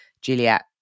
Juliet